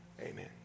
Amen